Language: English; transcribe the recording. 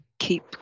keep